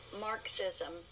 Marxism